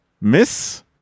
Miss